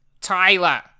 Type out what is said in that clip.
Tyler